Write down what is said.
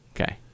Okay